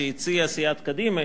מה שהציעה סיעת קדימה,